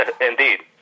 Indeed